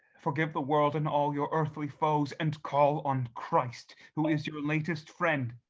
forgive the world and all your earthly foes, and call on christ, who is your latest friend.